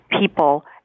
people